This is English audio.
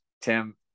Tim